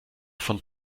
von